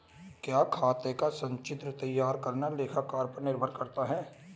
क्या खाते का संचित्र तैयार करना लेखाकार पर निर्भर करता है?